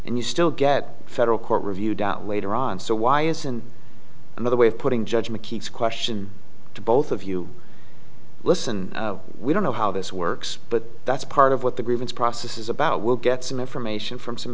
and you still get federal court reviewed out later on so why isn't another way of putting judge mckee's question to both of you listen we don't know how this works but that's part of what the grievance process is about we'll get some information from some